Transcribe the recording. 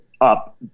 up